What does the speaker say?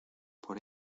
por